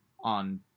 on